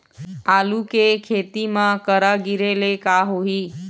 आलू के खेती म करा गिरेले का होही?